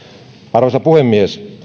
arvoisa puhemies